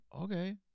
okay